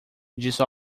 disse